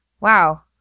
wow